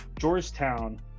Georgetown